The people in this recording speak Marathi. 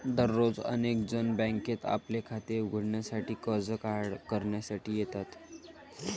दररोज अनेक जण बँकेत आपले खाते उघडण्यासाठी अर्ज करण्यासाठी येतात